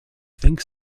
think